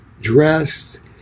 dressed